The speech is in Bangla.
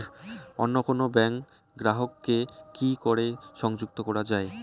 অন্য কোনো ব্যাংক গ্রাহক কে কি করে সংযুক্ত করা য়ায়?